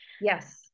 Yes